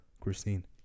Christine